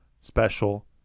special